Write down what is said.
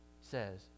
says